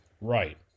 Right